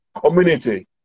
community